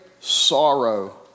sorrow